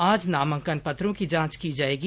आज नामांकन पत्रों की जांच की जाएगी